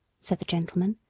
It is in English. said the gentleman.